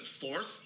fourth